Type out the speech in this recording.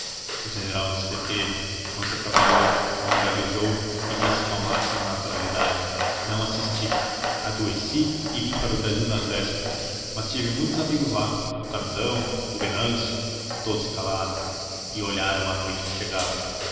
o general não se deteve não se atrapalhou não gaguejou e disse com a máxima naturalidade não assisti adoeci e vim para o brasil nas vésperas mas tive muitos amigos lá o camisão o venâncio todos se calaram e olharam a noite que chegava